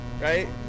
right